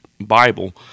Bible